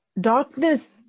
darkness